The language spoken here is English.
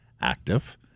active